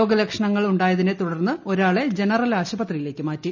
രോഗലക്ഷണങ്ങൾ ഉണ്ടായതിനെ തുട്ർന്ന് ഒരാളെ ജനറൽ ആശുപത്രിയിലേയ്ക്ക് മാറ്റി